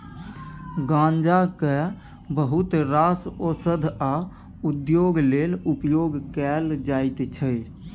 गांजा केँ बहुत रास ओषध आ उद्योग लेल उपयोग कएल जाइत छै